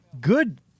good